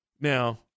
Now